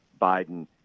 biden